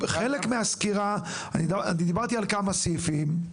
חלק מהסקירה, אני דיברתי על כמה סעיפים.